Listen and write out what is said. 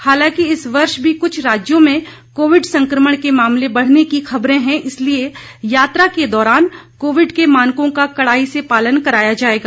हालांकि इस वर्ष भी कृष्ठ राज्यों में कोविड संकमण के मामले बढने की खबरें हैं इसलिए यात्रा के दौरान कोविड के मानकों का कड़ाई से पालन कराया जाएगा